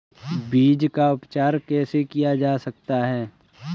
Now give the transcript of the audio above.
बीज का उपचार कैसे किया जा सकता है?